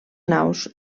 naus